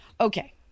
Okay